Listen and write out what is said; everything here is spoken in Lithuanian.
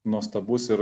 nuostabus ir